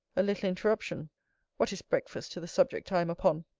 a little interruption what is breakfast to the subject i am upon?